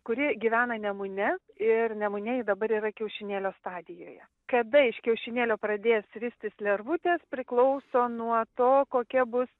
kurie gyvena nemune ir nemune jie dabar yra kiaušinėlio stadijoje kada iš kiaušinėlio pradės ristis lervutės priklauso nuo to kokia bus